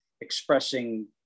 expressing